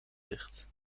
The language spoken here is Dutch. dicht